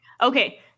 Okay